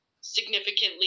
significantly